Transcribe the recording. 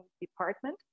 department